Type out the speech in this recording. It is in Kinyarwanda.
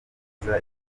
neza